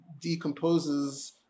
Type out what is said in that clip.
decomposes